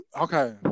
Okay